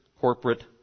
corporate